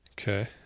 Okay